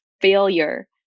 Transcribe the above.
failure